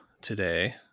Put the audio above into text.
today